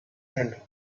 end